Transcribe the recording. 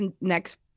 next